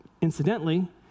incidentally